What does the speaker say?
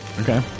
Okay